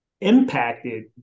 impacted